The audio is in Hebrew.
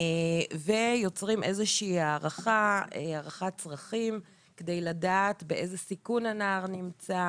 ויוצרים איזושהי הערכת צרכים כדי לדעת באיזה סיכון הנער נמצא,